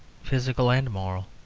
physical and moral,